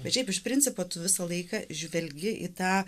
bet šiaip iš principo tu visą laiką žvelgi į tą